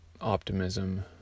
optimism